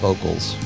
Vocals